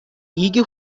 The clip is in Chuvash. икӗ